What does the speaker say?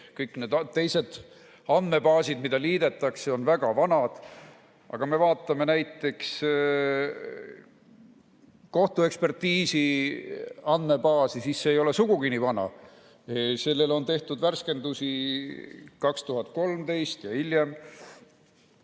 kõik need teised andmebaasid, mida liidetakse, on väga vanad. Kui me vaatame näiteks kohtuekspertiisi andmebaasi, siis see ei ole sugugi nii vana. Sellele tehti värskendusi 2013 ja hiljem.